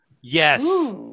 Yes